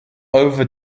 over